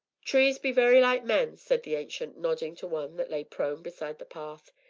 trees be very like men, said the ancient, nodding to one that lay prone beside the path,